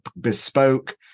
bespoke